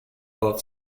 love